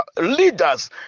leaders